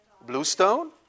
Bluestone